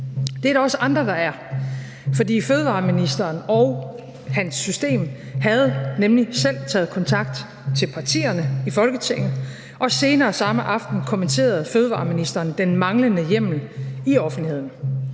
Det er der også andre, der er, for fødevareministeren og hans system havde nemlig selv taget kontakt til partierne i Folketinget, og senere samme aften kommenterede fødevareministeren den manglende hjemmel i offentligheden.